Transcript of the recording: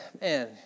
man